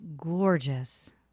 Gorgeous